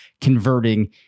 converting